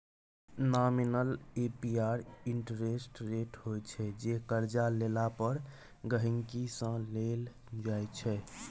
nominal APR interest rate होइ छै जे करजा लेला पर गांहिकी सँ लेल जाइ छै